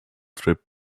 trip